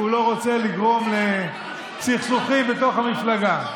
כי הוא רוצה לגרום סכסוכים בתוך המפלגה.